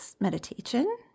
meditation